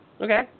Okay